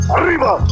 Arriba